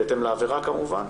בהתאם לעבירה כמובן,